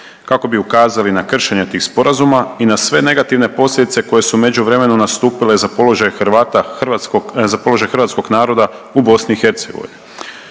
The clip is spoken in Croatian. kako bi ukazali na kršenje tih sporazuma i na sve negativne posljedice koje su u međuvremenu nastupile za položaj hrvatskog naroda u BiH.